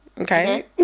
okay